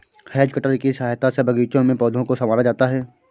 has cutter की सहायता से बागीचों में पौधों को सँवारा जाता है